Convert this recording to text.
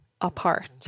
apart